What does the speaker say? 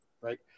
Right